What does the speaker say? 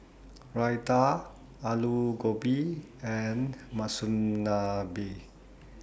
Raita Alu Gobi and Monsunabe